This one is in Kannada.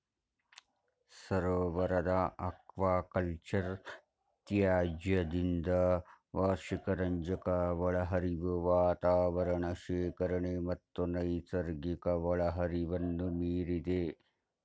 ಸರೋವರದ ಅಕ್ವಾಕಲ್ಚರ್ ತ್ಯಾಜ್ಯದಿಂದ ವಾರ್ಷಿಕ ರಂಜಕ ಒಳಹರಿವು ವಾತಾವರಣ ಶೇಖರಣೆ ಮತ್ತು ನೈಸರ್ಗಿಕ ಒಳಹರಿವನ್ನು ಮೀರಿದೆ